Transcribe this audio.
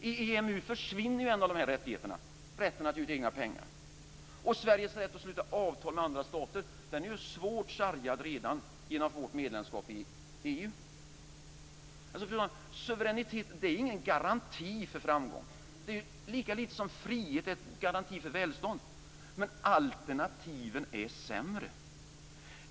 I EMU försvinner en av dessa rättigheter, rätten att ge ut egna pengar. Och Sveriges rätt att sluta avtal med andra stater är ju svårt sargad redan genom vårt medlemskap i EU. Fru talman! Suveräniteten är ingen garanti för framgång lika lite som frihet är en garanti för välstånd. Men alternativen är sämre.